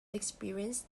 experiences